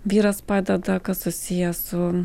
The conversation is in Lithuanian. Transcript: vyras padeda kas susiję su